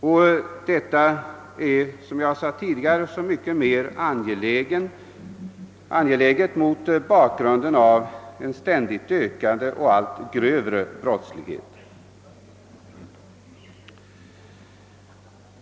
En ändring är, som jag sade tidigare, så mycket mer angelägen mot bakgrunden av en ständigt ökande och allt grövre brottslighet.